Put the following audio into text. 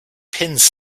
pins